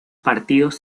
partidos